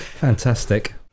Fantastic